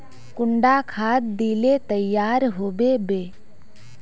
कुंडा खाद दिले तैयार होबे बे?